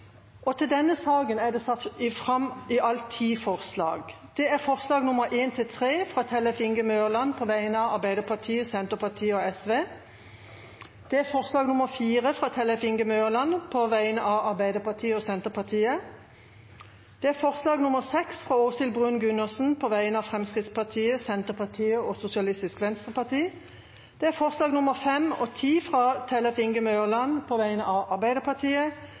gå til votering, og vi voterer først over resterende saker fra torsdagens kart. Under debatten er det satt fram i alt ti forslag. Det er forslagene nr. 1–3, fra Tellef Inge Mørland på vegne av Arbeiderpartiet, Senterpartiet og Sosialistisk Venstreparti forslag nr. 4, fra Tellef Inge Mørland på vegne av Arbeiderpartiet og Senterpartiet forslag nr. 6, fra Åshild Bruun-Gundersen på vegne av Fremskrittspartiet, Senterpartiet og Sosialistisk Venstreparti forslagene nr. 5 og 10, fra Tellef Inge Mørland på vegne av Arbeiderpartiet